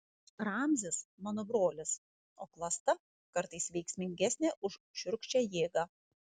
ramzis mano brolis o klasta kartais veiksmingesnė už šiurkščią jėgą